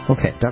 Okay